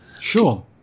Sure